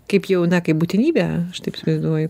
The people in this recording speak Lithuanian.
kaip jau na kaip būtinybė aš taip įsivaizduoju